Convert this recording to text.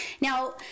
Now